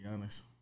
honest